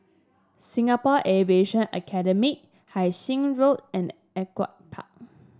Singapore Aviation Academy Hai Sing Road and Ewart Park